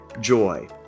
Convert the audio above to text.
joy